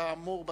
כאמור בתקנון.